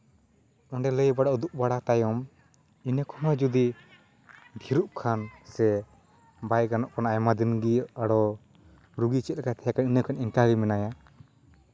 ᱚᱸᱰᱮ ᱞᱟᱹᱭ ᱵᱟᱲᱟ ᱩᱫᱩᱜ ᱵᱟᱲᱟ ᱛᱟᱭᱚᱢ ᱤᱱᱟᱹ ᱠᱷᱚᱱ ᱦᱚᱸ ᱡᱩᱫᱤ ᱰᱷᱤᱨᱩᱜ ᱠᱷᱟᱱ ᱥᱮ ᱵᱟᱭ ᱜᱟᱱᱚᱜ ᱠᱟᱱᱟ ᱟᱭᱢᱟᱫᱤᱱ ᱜᱮ ᱟᱨᱚ ᱨᱩᱜᱤ ᱪᱮᱫᱞᱮᱠᱟᱭ ᱛᱟᱦᱮᱠᱟᱱ ᱤᱱᱟᱹ ᱠᱷᱚᱱᱟᱜ ᱮᱱᱠᱟ ᱜᱮ ᱢᱮᱱᱟᱭᱟ